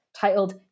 titled